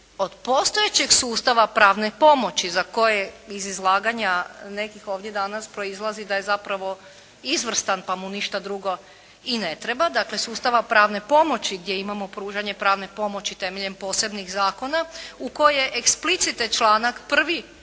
od postojećeg sustava pravne pomoći za koje iz izlaganja nekih ovdje danas proizlazi da je zapravo izvrstan pa mu ništa drugo i ne treba, dakle sustava pravne pomoći gdje imamo pružanje pravne pomoći temeljem posebnih zakona u koje explicite članak 1.